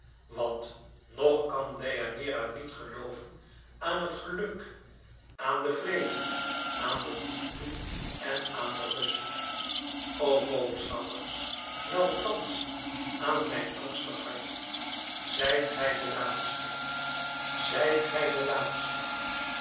want ng kan deianeira niet gelooven aan het geluk aan den vrede aan de liefde en aan de rust o boodschappers meld thàns aan mijn angstig hart zijt gij de laatste zijt gij de laatste